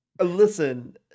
Listen